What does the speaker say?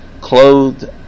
clothed